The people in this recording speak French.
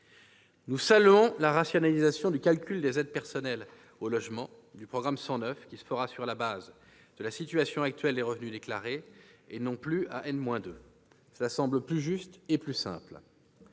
Nous saluons la rationalisation du calcul des aides personnalisées au logement du programme 109, qui se fera sur la base de la situation actuelle des revenus déclarés, et non plus à n-2. Cela semble plus juste et plus simple.